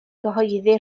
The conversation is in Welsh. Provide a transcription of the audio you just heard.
gyhoeddi